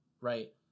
right